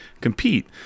compete